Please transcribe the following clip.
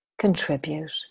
contribute